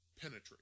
penetrate